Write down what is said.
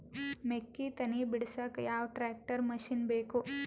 ಮೆಕ್ಕಿ ತನಿ ಬಿಡಸಕ್ ಯಾವ ಟ್ರ್ಯಾಕ್ಟರ್ ಮಶಿನ ಬೇಕು?